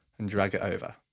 and drag it over.